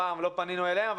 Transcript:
הפעם לא פנינו אליהם,